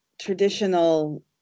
traditional